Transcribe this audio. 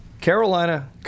Carolina